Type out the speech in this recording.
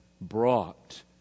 brought